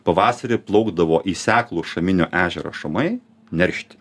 pavasarį plaukdavo į seklų šaminio ežero šamai neršti